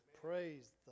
Praise